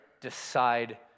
decide